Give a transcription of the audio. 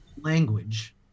language